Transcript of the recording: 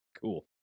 Cool